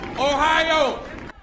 Ohio